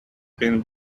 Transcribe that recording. been